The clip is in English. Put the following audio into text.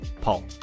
Paul